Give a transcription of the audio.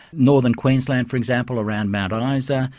northern queensland, for example, around mt um isa,